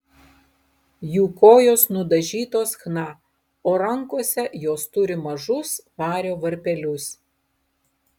jų kojos nudažytos chna o rankose jos turi mažus vario varpelius